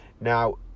now